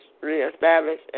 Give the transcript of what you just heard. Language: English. reestablish